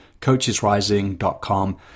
coachesrising.com